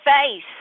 face